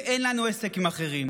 ואין לנו עסק עם אחרים".